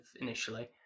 initially